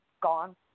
gone